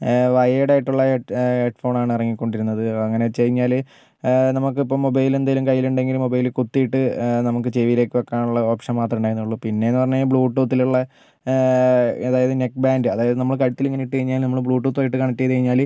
wired ആയിട്ടുള്ള head ഹെഡ്ഫോണാണ് ഇറങ്ങിക്കൊണ്ടിരുന്നത് അങ്ങനെ വെച്ചു കഴിഞ്ഞാൽ നമുക്കിപ്പം മൊബൈൽ എന്തേലും കയ്യിലുണ്ടേൽ മൊബൈല് കുത്തിട്ട് നമുക്ക് ചെവിലേക്ക് വെക്കാനുള്ള ഓപ്ഷൻ മാത്രമേ ഉണ്ടായിരുന്നുള്ളൂ പിന്നെന്നു പറഞ്ഞാൽ ബ്ലൂ ടൂത്തിലുള്ള അതായത് നെക്ക് ബാന്റ് അതായത് നമ്മൾ കഴുത്തിലിങ്ങനെ ഇട്ടു കഴിഞ്ഞാൽ നമ്മൾ ബ്ലൂ ടൂത്തുമായിട്ട് കണക്റ്റ് ചെയ്തു കഴിഞ്ഞാൽ